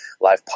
live